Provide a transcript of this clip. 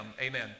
Amen